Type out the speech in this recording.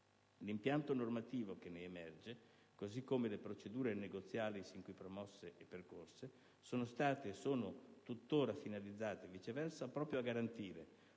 L'impianto normativo che ne emerge, così come le procedure negoziali sin qui promosse e percorse, viceversa, sono stati e sono tuttora finalizzati proprio a garantire,